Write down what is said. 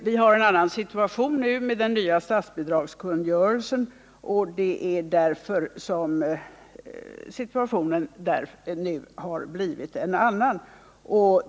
Vi har nu den nya statsbidragskungörelsen, och det är därför situationen har blivit en annan.